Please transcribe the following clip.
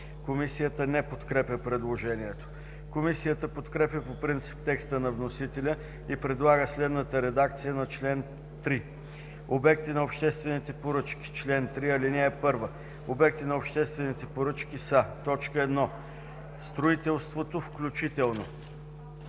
Комисията не подкрепя предложението. Комисията подкрепя по принцип текста на вносителя и предлага следната редакция на чл. 3: „Обекти на обществените поръчки Чл. 3, ал. 1 обекти на обществени поръчки са: строителството, включително: